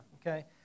okay